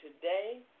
today